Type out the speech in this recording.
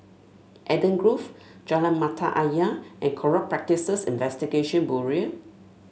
Eden Grove Jalan Mata Ayer and Corrupt Practices Investigation Bureau